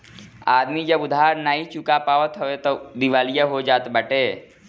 आदमी जब उधार नाइ चुका पावत हवे तअ उ दिवालिया हो जात बाटे